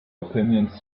opinions